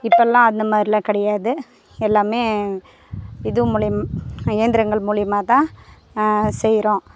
இப்போல்லாம் அந்த மாதிரிலாம் கிடையாது எல்லாமே இது மூலியம் இயந்திரங்கள் மூலியமா தான் செய்கிறோம்